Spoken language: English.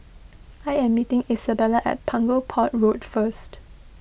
I am meeting Izabella at Punggol Port Road first